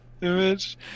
image